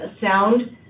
sound